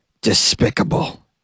despicable